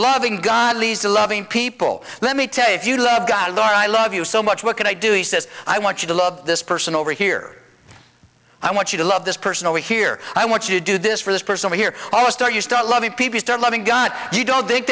loving god leads to loving people let me tell you if you love god or i love you so much what can i do he says i want you to love this person over here i want you to love this person over here i want you to do this for this person here almost are you start loving people start loving gun you don't think